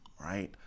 right